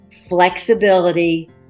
flexibility